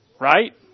Right